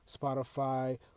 Spotify